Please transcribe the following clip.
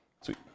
Sweet